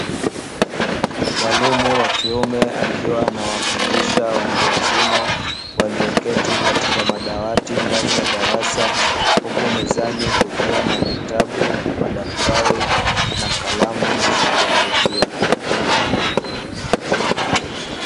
Mwalimu wa kiume akiwa na wafundisha watu wazima walioketi katika madawati ndani ya darasa huku mezani kukiwa na vitabu, madaftari, na kalamu za kuandikia.